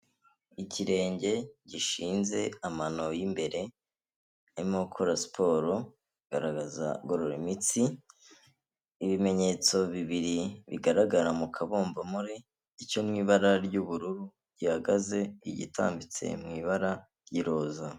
Ikirenge gishinze amano y'imbere, arimo gukora siporo, bagaragaza agorora imitsi, ibimenyetso bibiri bigaragara mu kabumbampori, icyo mu ibara ry'ubururu gihagaze, igitambitse mu ibara ry'iroza.